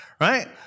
Right